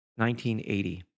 1980